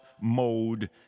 mode